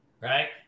right